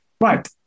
Right